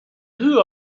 who